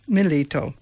Milito